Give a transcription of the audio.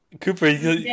Cooper